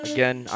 Again